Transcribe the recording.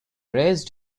raised